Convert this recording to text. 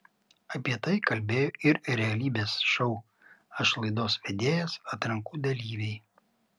apie tai kalbėjo ir realybės šou aš laidos vedėjas atrankų dalyviai